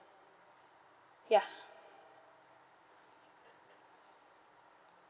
ya